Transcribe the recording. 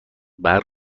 برق